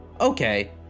okay